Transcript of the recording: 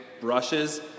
brushes